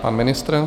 Pan ministr?